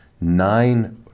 nine